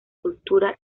cultura